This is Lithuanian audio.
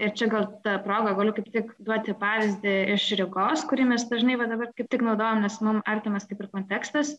ir čia gal ta proga galiu kaip tik duoti pavyzdį iš rygos kurį mes dažnai va dabar kaip tik naudojam nes nu artimas kaip ir kontekstas